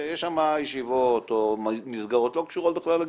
יש שם ישיבות או מסגרות שלא קשורות בכלל לגיוס.